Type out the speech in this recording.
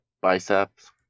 Biceps